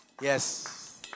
Yes